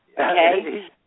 okay